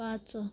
पाच